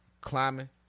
Climbing